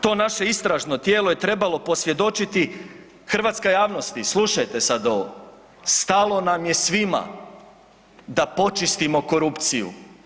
To naše istražno tijelo je trebalo posvjedočiti, hrvatska javnosti slušajte sad ovo stalo nam je svima da počistimo korupciju.